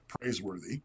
praiseworthy